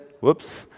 whoops